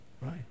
Right